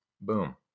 Boom